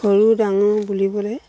সৰু ডাঙৰ বুলিবলৈ